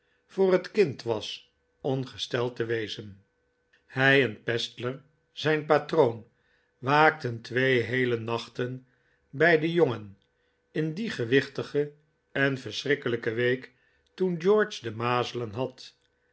voor het kind was ongesteld te wezen hij en pestler zijn patroon waakten twee heele nachten bij den jongen in die gewichtige en verschrikkelijke week toen george de mazelen had